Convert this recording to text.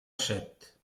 set